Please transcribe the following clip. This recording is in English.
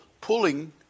pulling